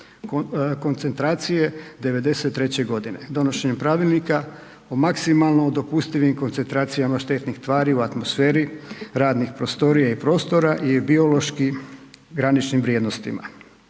koncentracije 93. g. Donošenjem Pravilnika o maksimalno dopustivim koncentracijama štetnih tvari u atmosferi radnih prostorija i prostora i biološki graničnim vrijednostima.